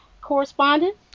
correspondent